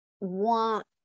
want